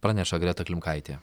praneša greta klimkaitė